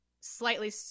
slightly